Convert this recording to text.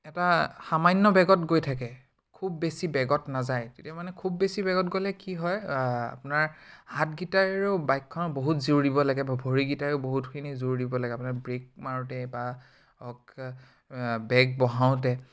এটা সামান্য বেগত গৈ থাকে খুব বেছি বেগত নাযায় তেতিয়া মানে খুব বেছি বেগত গ'লে কি হয় আপোনাৰ হাতকেইটাৰ বাইকখনত বহুত জোৰ দিব লাগে বা ভৰিকেইটায়ো বহুতখিনি জোৰ দিব লাগে আপোনাৰ বেগ কৰোঁতে বা বেগ বঢ়াওঁতে